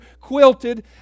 quilted